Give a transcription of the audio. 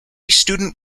student